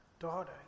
Daughter